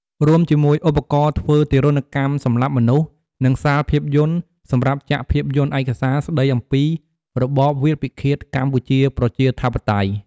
រួមជាមួយ ឧបករណ៍ធ្វើទារុណកម្មសម្លាប់មនុស្ស និងសាលភាពយន្ត សម្រាប់ចាក់ភាពយន្តឯកសារ ស្តីអំពីរបបវាលពិឃាត កម្ពុជាប្រជាធិបតេយ្យ។